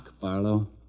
Barlow